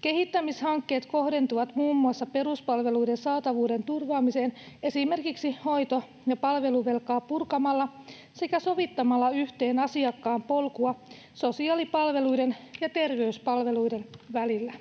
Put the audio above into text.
Kehittämishankkeet kohdentuvat muun muassa peruspalveluiden saatavuuden turvaamiseen esimerkiksi hoito- ja palveluvelkaa purkamalla sekä sovittamalla yhteen asiakkaan polkua sosiaalipalveluiden ja terveyspalveluiden välillä.